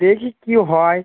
দেখি কী হয়